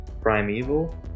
Primeval